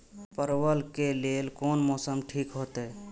परवल के लेल कोन मौसम ठीक होते?